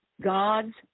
God's